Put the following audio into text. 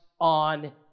on